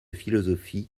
philosophie